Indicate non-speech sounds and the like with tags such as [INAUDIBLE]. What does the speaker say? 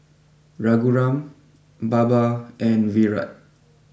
[NOISE] Raghuram Baba and Virat